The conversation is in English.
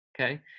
okay